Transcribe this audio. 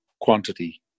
quantity